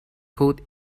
code